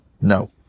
No